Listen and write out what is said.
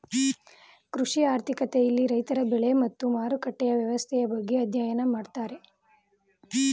ಕೃಷಿ ಆರ್ಥಿಕತೆ ಇಲ್ಲಿ ರೈತರ ಬೆಳೆ ಮತ್ತು ಮಾರುಕಟ್ಟೆಯ ವ್ಯವಸ್ಥೆಯ ಬಗ್ಗೆ ಅಧ್ಯಯನ ಮಾಡ್ತಾರೆ